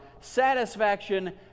Satisfaction